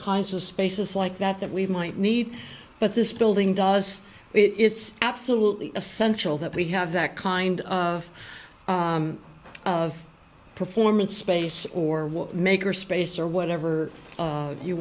kinds of spaces like that that we might need but this building does it's absolutely essential that we have that kind of performance space or maker space or whatever